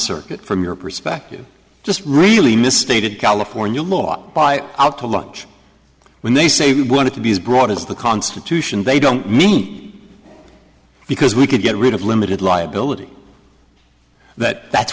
circuit from your perspective just really misstated california law by out to lunch when they say they want to be as broad as the constitution they don't me because we can get rid of limited liability that that's